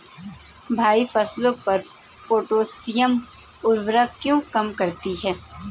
भैया फसलों पर पोटैशियम उर्वरक क्या काम करती है?